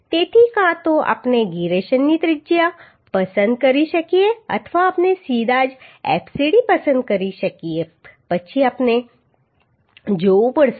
તેથી કાં તો આપણે જીરેશનની ત્રિજ્યા પસંદ કરી શકીએ અથવા આપણે સીધા જ fcd પસંદ કરી શકીએ પછી આપણે જવું પડશે